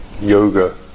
yoga